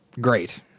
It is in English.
great